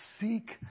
seek